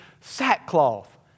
Sackcloth